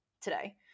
today